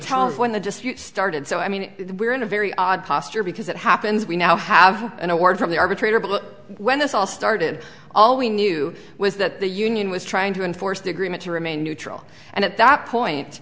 tell when they just started so i mean we're in a very odd posture because it happens we now have an award from the arbitrator but when this all started all we knew was that the union was trying to enforce the agreement to remain neutral and at that point